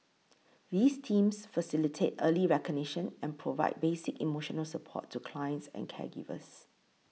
these teams facilitate early recognition and provide basic emotional support to clients and caregivers